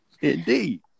Indeed